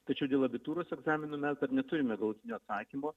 tačiau dėl abitūros egzaminų mes neturime galutinio atsakymo